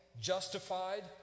justified